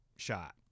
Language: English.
Shot